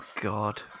god